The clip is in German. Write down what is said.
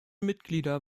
mitglieder